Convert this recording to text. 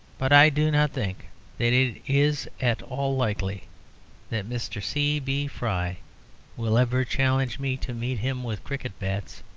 but i do not think that it is at all likely that mr. c. b. fry will ever challenge me to meet him with cricket-bats.